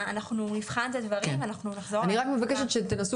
אנחנו נבחן את הדברים ואנחנו נחזור אליכם -- אני רק מבקשת שתנסו